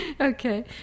Okay